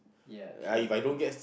ya true true